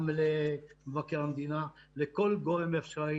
גם למבקר המדינה, לצבא ולכל גורם אפשרי.